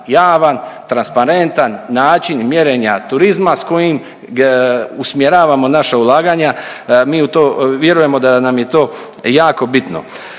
javan, transparentan način mjerenja turizma s kojim usmjeravamo naša ulaganja. Mi u to vjerujemo da nam je to jako bitno.